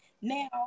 Now